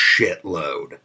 shitload